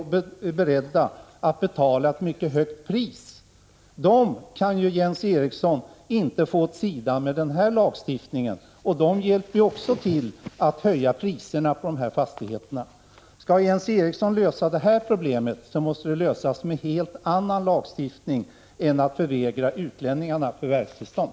1985/86:105 beredda att betala ett mycket högt pris för dem kan ju Jens Eriksson inte få åt sidan med denna lagstiftning, men de hjälper också till att höja priserna på fastigheterna. Skall Jens Eriksson lösa det problemet, måste det vara med en helt annan lagstiftning än genom att förvägra utlänningar förvärvstillstånd.